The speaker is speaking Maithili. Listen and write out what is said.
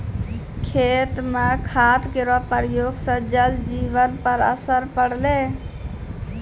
खेत म खाद केरो प्रयोग सँ जल जीवन पर असर पड़लै